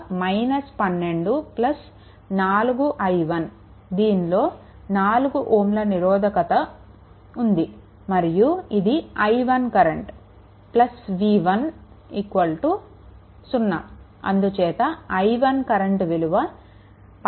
కనుక 12 4i1 దీనిలో ఇక్కడ 4 Ω నిరోధకత మరియు ఇది i1 కరెంట్ v1 0 అందుచేత i1 కరెంట్ విలువ 4